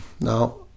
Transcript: Now